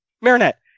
Marinette